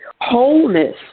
Wholeness